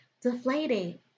deflated